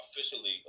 officially